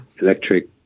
electric